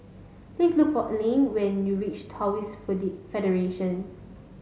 please look for Allene when you reach Taoist Federation